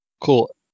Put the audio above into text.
Cool